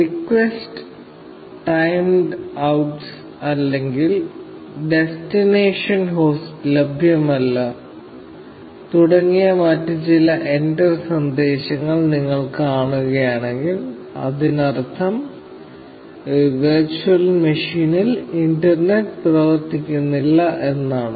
request timed out അല്ലെങ്കിൽ destination host ലഭ്യമല്ല തുടങ്ങിയ മറ്റ് ചില എറർ സന്ദേശങ്ങൾ നിങ്ങൾ കാണുകയാണെങ്കിൽ അതിനർത്ഥം ഈ വെർച്വൽ മെഷീനിൽ ഇന്റർനെറ്റ് പ്രവർത്തിക്കുന്നില്ല എന്നാണ്